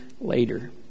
later